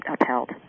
upheld